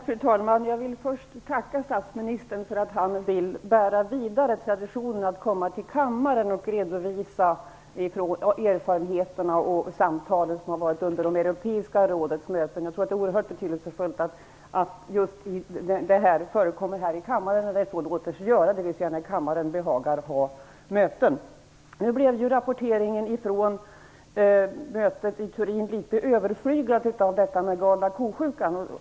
Fru talman! Först vill jag tacka statsministern för att han vill bära vidare traditionen att komma till kammaren för att redovisa erfarenheter och även samtal som varit under Europeiska rådets möten. Jag tror att det är oerhört betydelsefullt att just det förekommer här i kammaren, därest det låter sig göras - Rapporteringen från mötet i Turin blev emellertid litet överflyglat av "galna ko-sjukan".